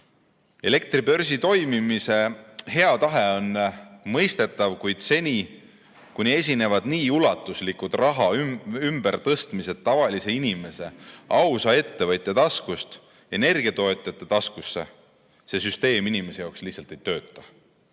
Elektribörsi toimimise hea tahe on mõistetav, kuid seni, kuni esinevad nii ulatuslikud raha ümbertõstmised tavalise inimese, ausa ettevõtja taskust energiatootjate taskusse, see süsteem inimese jaoks lihtsalt ei tööta.